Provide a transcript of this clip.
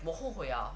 我后悔 ah